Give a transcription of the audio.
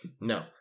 No